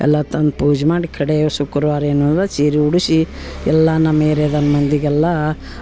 ಎಲ್ಲ ತಂದು ಪೂಜೆ ಮಾಡಿ ಕಡೆ ಶುಕ್ರವಾರ ಏನಾರೂ ಸೀರೆ ಉಡಿಸಿ ಎಲ್ಲ ನಮ್ಮ ಏರ್ಯಾದ ಮಂದಿಗೆಲ್ಲ